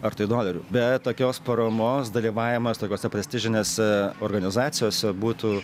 ar tai dolerių be tokios paramos dalyvavimas tokiose prestižinėse organizacijose būtų